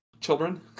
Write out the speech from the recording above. children